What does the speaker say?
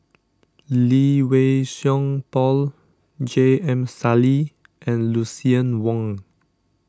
Lee Wei Song Paul J M Sali and Lucien Wang